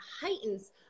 heightens